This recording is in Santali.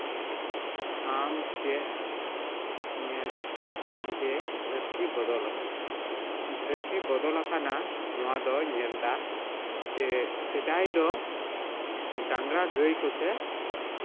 ᱟᱢ ᱪᱮᱫ ᱧᱮᱞ ᱮᱫᱟᱟᱢ ᱡᱮ ᱫᱷᱟᱹᱨᱛᱤ ᱵᱚᱫᱚᱞ ᱟᱠᱟᱱᱟ ᱫᱷᱟᱹᱨᱛᱤ ᱵᱚᱫᱚᱞ ᱟᱠᱟᱱᱟ ᱱᱚᱣᱟ ᱫᱚ ᱧᱮᱞᱫᱟ ᱡᱮ ᱥᱮᱫᱟᱭ ᱫᱚ ᱰᱟᱝᱨᱟ ᱜᱟᱹᱭ ᱠᱚᱛᱮ